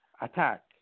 attack